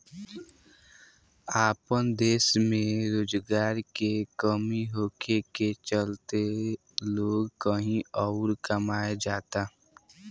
आपन देश में रोजगार के कमी होखे के चलते लोग कही अउर कमाए जाता